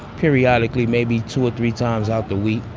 periodically, maybe two or three times out the week.